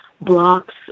blocks